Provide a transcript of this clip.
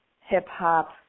hip-hop